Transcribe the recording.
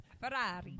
Ferrari